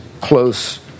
close